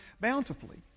bountifully